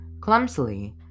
Clumsily